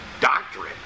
doctorate